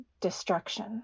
destruction